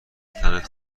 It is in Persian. تنت